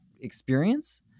experience